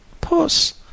Puss